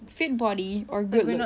fit body or good looks